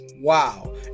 Wow